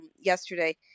yesterday